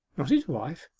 not his wife?